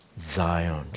Zion